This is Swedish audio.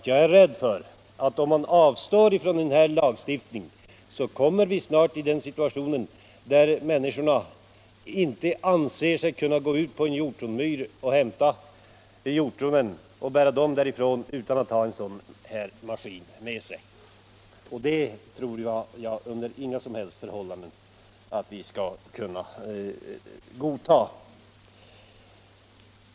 Jag är rädd för att, om vi avstår från att införa den föreslagna lagstiftningen, snart kommer i den situationen att människorna inte anser sig kunna t.ex. plocka hjortron på våra myrar utan att använda dessa fordon som fortskaffningsmedel. Det tror jag att vi under inga som helst förhållanden kan godta.